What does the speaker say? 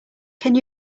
can